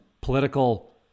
political